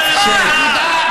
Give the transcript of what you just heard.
החוצה.